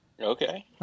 okay